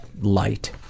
light